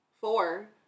Four